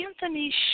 Anthony